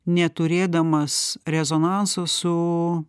neturėdamas rezonanso su